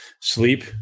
Sleep